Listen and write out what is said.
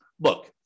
look